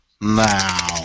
now